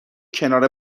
کنار